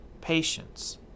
patience